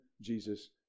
Jesus